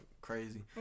crazy